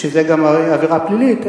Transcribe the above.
שזו גם עבירה פלילית,